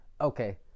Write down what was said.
Okay